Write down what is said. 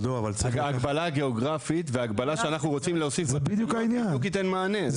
ההגבלה הגיאוגרפית וההגבלה שאנחנו רוצים להוסיף זה בדיוק ייתן מענה.